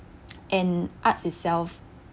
and arts itself